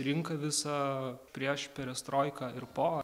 rinką visą prieš perestroiką ir po